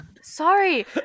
Sorry